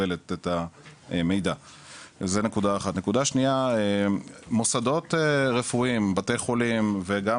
נקודה שנייה: מוסדות רפואיים, בתי חולים וגם